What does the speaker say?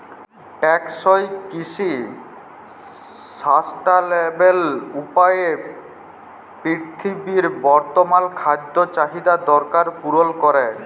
টেকসই কিসি সাসট্যালেবেল উপায়ে পিরথিবীর বর্তমাল খাদ্য চাহিদার দরকার পুরল ক্যরে